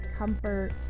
comfort